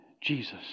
Jesus